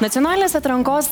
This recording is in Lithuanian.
nacionalinės atrankos